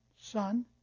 Son